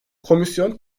komisyon